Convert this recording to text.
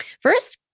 first